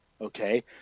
Okay